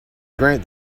grant